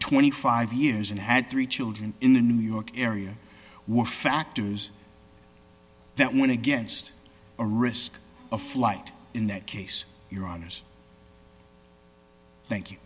twenty five years and had three children in the new york area were factors that went against a risk of flight in that case your honour's thank you